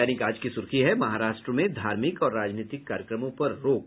दैनिक आज की सुर्खी है महाराष्ट्र में धार्मिक और राजनीतिक कार्यक्रमों पर रोक